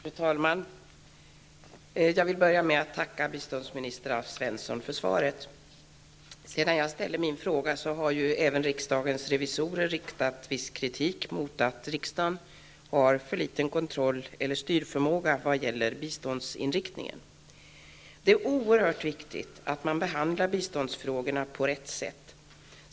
Fru talman! Jag vill börja med att tacka biståndsminister Alf Svensson för svaret. Sedan jag ställde min fråga har även riksdagens revisorer riktat viss kritik mot att riksdagen har för liten kontroll eller styrförmåga vad gäller biståndsinriktningen. Det är oerhört viktigt att biståndsfrågorna behandlas på rätt sätt.